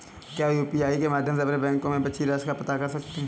क्या यू.पी.आई के माध्यम से अपने बैंक में बची राशि को पता कर सकते हैं?